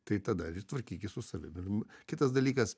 tai tada tvarkykis su savim ir kitas dalykas